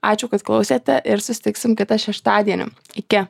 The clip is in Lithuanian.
ačiū kad klausėte ir susitiksim kitą šeštadienį iki